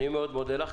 אני מאוד מודה לך.